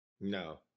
No